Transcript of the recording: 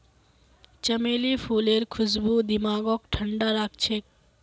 चमेली फूलेर खुशबू दिमागक ठंडा राखछेक